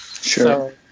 Sure